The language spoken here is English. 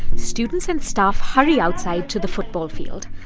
students and staff hurry outside to the football field.